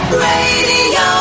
Radio